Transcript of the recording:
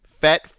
fat